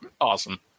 awesome